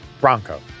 Bronco